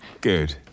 Good